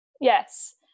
Yes